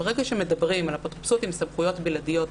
ברגע שמדברים על אפוטרופסות עם סמכויות בלעדיות,